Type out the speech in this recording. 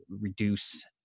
reduce